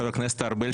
חבר הכנסת ארבל,